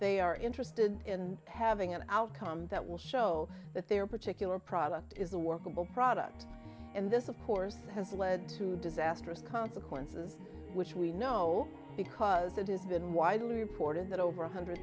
they are interested in having an outcome that will show that their particular product is a workable product and this of course has led to disastrous consequences which we know because it has been widely reported that over one hundred